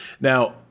Now